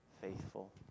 faithful